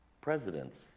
presidents